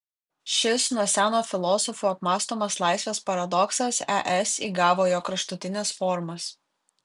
šis nuo seno filosofų apmąstomas laisvės paradoksas es įgavo jo kraštutines formas